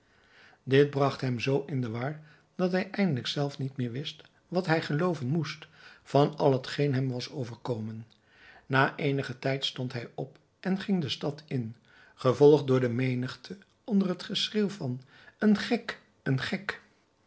dit bragt hem zoo in de war dat hij eindelijk zelf niet meer wist wat hij gelooven moest van al hetgeen hem was overkomen na eenigen tijd stond hij op en ging de stad in gevolgd door de menigte onder het geschreeuw van een gek een gek